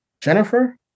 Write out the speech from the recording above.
Jennifer